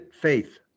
faith